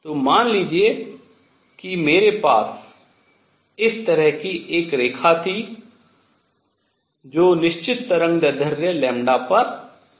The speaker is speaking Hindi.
तो मान लीजिए कि मेरे पास इस तरह की एक रेखा थी जो निश्चित तरंगदैर्ध्य λ पर आ रही है